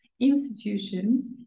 institutions